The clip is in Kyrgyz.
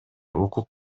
укук